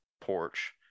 porch